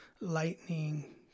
lightning